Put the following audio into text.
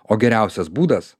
o geriausias būdas